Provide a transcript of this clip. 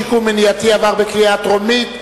שיקום מניעתי) עברה בקריאה טרומית,